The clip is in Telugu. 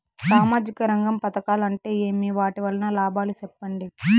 సామాజిక రంగం పథకాలు అంటే ఏమి? వాటి వలన లాభాలు సెప్పండి?